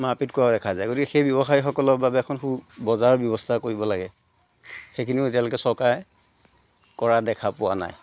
মাৰপিত কৰাও দেখা যায় গতিকে সেই ব্যৱসায়ীসকলৰ বাবে এখন সু বজাৰ ব্যৱস্থা কৰিব লাগে সেইখিনিও এতিয়ালৈকে চৰকাৰে কৰা দেখা পোৱা নাই